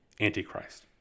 Antichrist